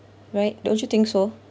right don't you think so